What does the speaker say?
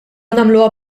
nagħmluha